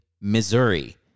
Missouri